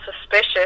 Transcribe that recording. suspicious